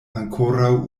ankoraŭ